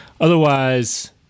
otherwise